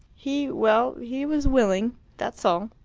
he well, he was willing. that's all.